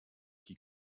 qui